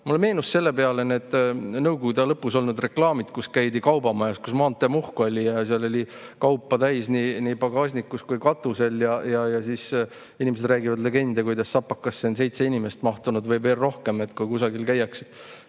Mulle meenusid selle peale Nõukogude aja lõpus olnud reklaamid, kus käidi kaubamajas, kus oli maanteemuhk ja seal oli kaupa täis nii pagasnik kui ka katus. Inimesed räägivad legende, kuidas sapakasse on seitse inimest mahtunud või veel rohkem, kui kusagil käiakse,